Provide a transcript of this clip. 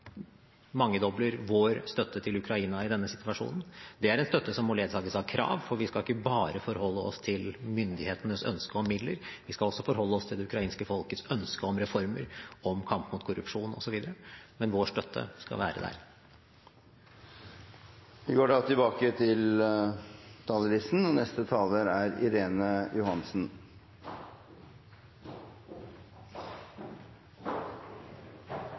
mangedobler vår støtte til Ukraina i denne situasjonen. Det er en støtte som må ledsages av krav, for vi skal ikke bare forholde oss til myndighetenes ønske om midler. Vi skal også forholde oss til det ukrainske folkets ønske om reformer, om kamp mot korrupsjon osv. Men vår støtte skal være der. Replikkordskiftet er omme. Jeg vil også takke ministeren for en god og